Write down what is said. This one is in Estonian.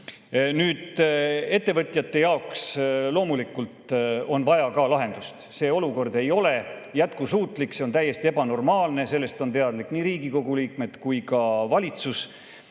Ettevõtjate jaoks on loomulikult vaja ka lahendust. See olukord ei ole jätkusuutlik, see on täiesti ebanormaalne, sellest on teadlikud nii Riigikogu liikmed kui ka valitsus.